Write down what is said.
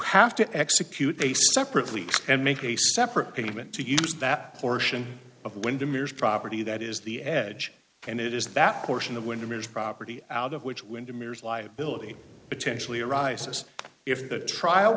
have to execute a separately and make a separate payment to use that portion of linda mears property that is the edge and it is that portion of winter's property out of which window mirrors liability potentially arises if the trial